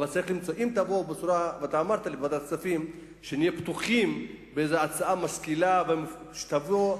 אמרת בוועדת הכספים שנהיה פתוחים באיזו הצעה משכילה שתבוא,